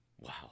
Wow